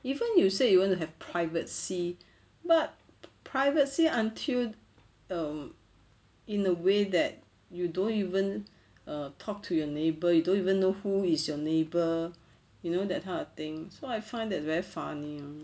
even you say you want to have privacy but privacy until err in a way that you don't even err talk to your neighbour you don't even know who is your neighbour you know that kind of thing so I find that very funny lor